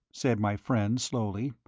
said my friend, slowly,